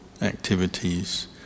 activities